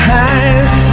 eyes